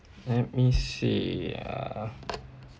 let me see ah